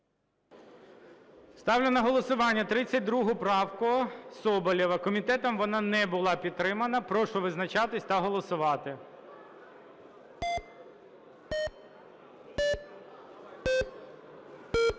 Ставлю на голосування 32 правку Соболєва. Комітетом вона не була підтримана. Прошу визначатись та голосувати.